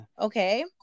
Okay